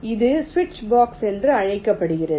இது சுவிட்ச் பாக்ஸ் என்று அழைக்கப்படுகிறது